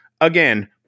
again